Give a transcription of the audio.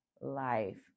life